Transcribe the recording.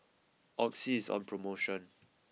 Oxy is on promotion